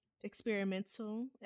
experimental